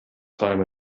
time